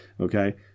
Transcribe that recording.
Okay